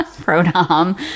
pro-dom